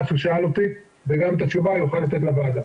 שהוא שאל אותי וגם את התשובה הוא יוכל לתת לוועדה.